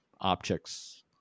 objects